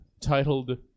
titled